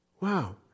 Wow